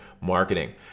marketing